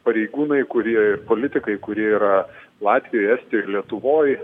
pareigūnai kurie politikai kurie yra latvijoj estijoj ir lietuvoj